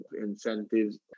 incentives